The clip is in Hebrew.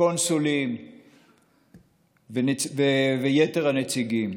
קונסולים ויתר הנציגים.